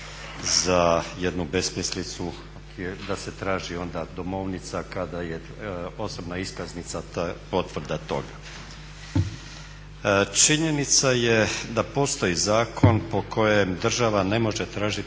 za jednu besmislicu da se traži onda domovnica, kada je osobna iskaznica potvrda toga. Činjenica je da postoji zakon po kojem država ne može tražiti